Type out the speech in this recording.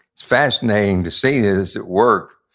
fascinating to see is it work.